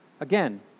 Again